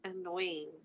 Annoying